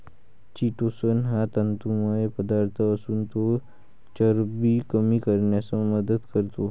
chitosan हा तंतुमय पदार्थ असून तो चरबी कमी करण्यास मदत करतो